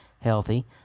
healthy